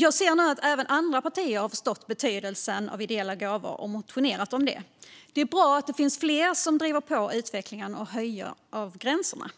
Jag ser nu att även andra partier har förstått betydelsen av ideella gåvor och har motionerat om det. Det är bra att det finns fler som driver på utvecklingen och höjningen av gränserna.